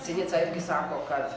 sinica irgi sako kad